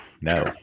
no